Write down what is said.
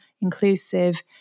inclusive